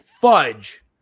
Fudge